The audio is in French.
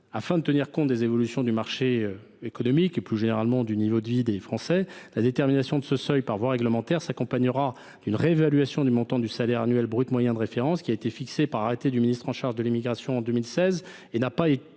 afin de tenir compte des évolutions du marché économique et, plus généralement, du niveau de vie des Français, la détermination de ce seuil par voie réglementaire s’accompagnera d’une réévaluation du montant du salaire annuel brut moyen de référence, qui a été fixé par arrêté du ministre chargé de l’immigration en 2016 et qui n’a pas évolué